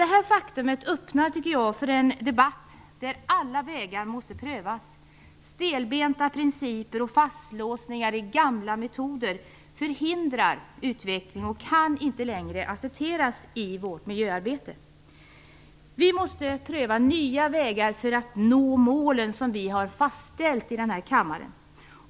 Detta faktum öppnar för en debatt, där alla vägar måste prövas. Stelbenta principer och fastlåsningar vid gamla metoder förhindrar utveckling och kan inte längre accepteras i vårt miljöarbete. Vi måste pröva nya vägar för att nå de mål som vi har fastställt i denna kammare.